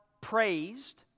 praised